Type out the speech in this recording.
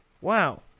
wow